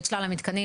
את שלל המתקנים,